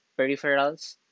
peripherals